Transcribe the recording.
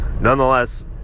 Nonetheless